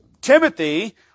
Timothy